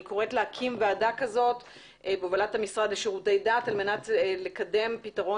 אני קוראת להקים ועדה כזאת בהובלת המשרד לשירותי דת כדי לקדם פתרון